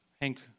Hank